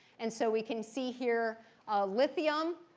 and so we can see here lithium.